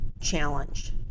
Challenge